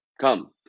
Come